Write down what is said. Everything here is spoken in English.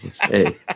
hey